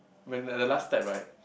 when at the last step right